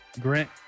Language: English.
Grant